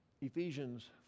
ephesians